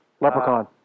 Leprechaun